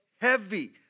heavy